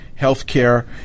healthcare